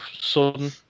sudden